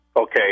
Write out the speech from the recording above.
Okay